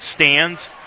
stands